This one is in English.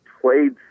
played